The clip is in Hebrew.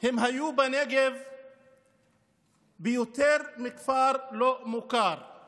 הם היו בנגב ביותר מכפר לא מוכר אחד